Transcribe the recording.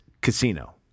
Casino